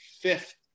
fifth